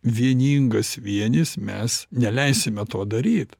vieningas vienis mes neleisime to daryt